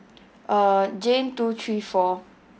uh jane two three four